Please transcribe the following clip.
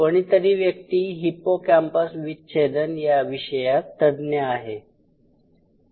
कोणीतरी व्यक्ती हिप्पोकॅम्पस विच्छेदन या विषयात तज्ञ आहे